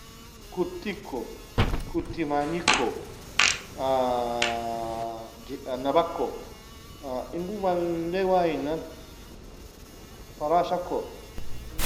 Kuttiko kutimagniko nabako ingo malle wainan farashako.